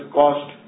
cost